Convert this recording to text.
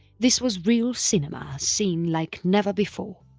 this was real cinema seen like never before.